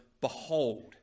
behold